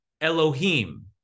Elohim